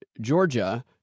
Georgia